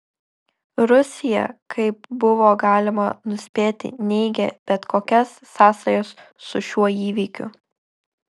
rusija kaip buvo galima nuspėti neigė bet kokias sąsajas su šiuo įvykiu